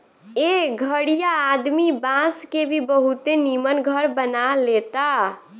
एह घरीया आदमी बांस के भी बहुते निमन घर बना लेता